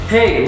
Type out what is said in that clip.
Hey